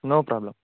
no problem